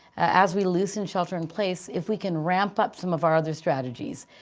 as we loosen shelter in place, if we can ramp up some of our other strategies.